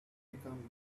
become